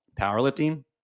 powerlifting